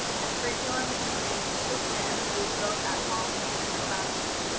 the curriculum can remain consistent and be used both at home and in the classroom.